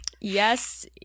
Yes